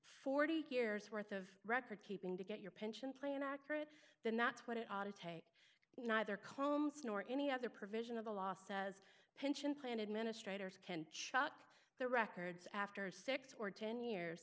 forty years worth of recordkeeping to get your pension plan accurate then that's what it ought to take neither columns nor any other provision of the law says pension plan administrators can shock the records after six or ten years